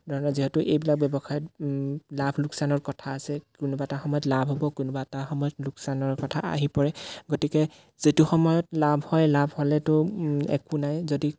ধৰণৰ যিহেতু এইবিলাক ব্যৱসায়ত লাভ লোকচানৰ কথা আছে কোনোবা এটা সময়ত লাভ হ'ব কোনোবা এটা সময়ত লোকচানৰ কথা আহি পৰে গতিকে যিটো সময়ত লাভ হয় লাভ হ'লেতো একো নাই যদি